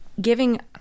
giving